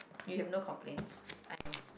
you have no complaints I know